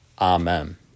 Amen